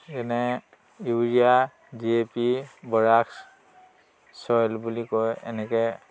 যেনে urea D A' P borax ছইল বুলি কয় এনেকৈ